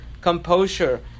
composure